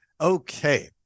Okay